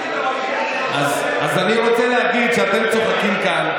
אז אני רוצה להגיד שאתם צוחקים כאן,